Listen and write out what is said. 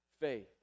faith